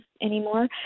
anymore